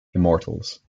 immortals